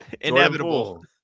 inevitable